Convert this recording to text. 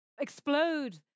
explode